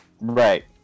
right